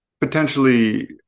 potentially